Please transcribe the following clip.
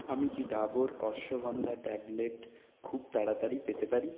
আমি কি ডাবর অশ্বগন্ধা ট্যাবলেট খুব তাড়াতাড়ি পেতে পারি